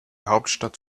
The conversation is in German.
hauptstadt